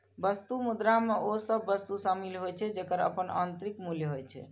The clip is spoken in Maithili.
वस्तु मुद्रा मे ओ सभ वस्तु शामिल होइ छै, जेकर अपन आंतरिक मूल्य होइ छै